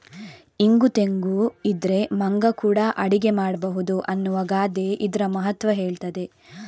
ಇಂಗು ತೆಂಗು ಇದ್ರೆ ಮಂಗ ಕೂಡಾ ಅಡಿಗೆ ಮಾಡ್ಬಹುದು ಅನ್ನುವ ಗಾದೆ ಇದ್ರ ಮಹತ್ವ ಹೇಳ್ತದೆ